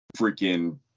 freaking